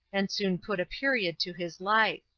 and soon put a period to his life.